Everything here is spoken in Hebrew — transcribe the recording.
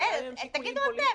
תגידו אתם,